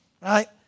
right